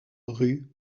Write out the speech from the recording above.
rue